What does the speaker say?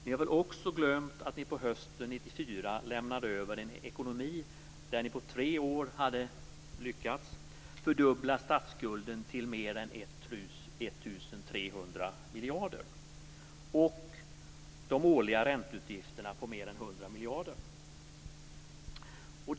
Ni har väl också glömt att ni på hösten 1994 lämnade över en ekonomi där ni på tre år hade "lyckats" fördubbla statsskulden till mer än 1 300 miljarder. De årliga ränteutgifter uppgick till mer än 100 miljarder.